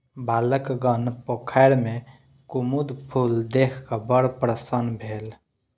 बालकगण पोखैर में कुमुद फूल देख क बड़ प्रसन्न भेल